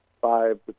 five